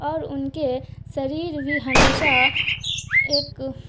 اور ان کے سریر بھی ہمیشہ ایک